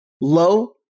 low